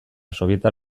sobietar